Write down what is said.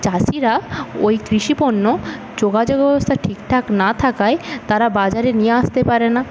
চাষিরা ওই কৃষিপণ্য যোগাযোগ ব্যবস্থা ঠিকঠাক না থাকায় তারা বাজারে নিয়ে আসতে পারে না